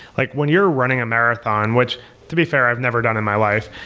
like when you're running a marathon, which to be fair i've never done in my life,